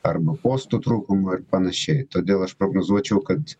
arba posto trūkumo ir panašiai todėl aš prognozuočiau kad